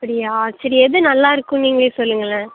அப்படியா சரி எது நல்லா இருக்கும்னு நீங்களே சொல்லுங்களேன்